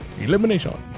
Elimination